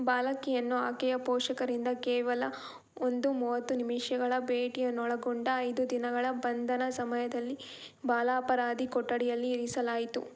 ಬಾಲಕಿಯನ್ನು ಆಕೆಯ ಪೋಷಕರಿಂದ ಕೇವಲ ಒಂದು ಮೂವತ್ತು ನಿಮಿಷಗಳ ಭೇಟಿಯನ್ನೊಳಗೊಂಡ ಐದು ದಿನಗಳ ಬಂಧನ ಸಮಯದಲ್ಲಿ ಬಾಲಾಪರಾಧಿ ಕೊಠಡಿಯಲ್ಲಿ ಇರಿಸಲಾಯಿತು